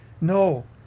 No